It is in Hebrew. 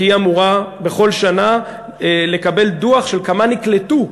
כי היא אמורה בכל שנה לקבל דוח של כמה נקלטו,